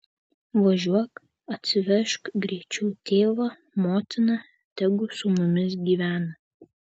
važiuok atsivežk greičiau tėvą motiną tegu su mumis gyvena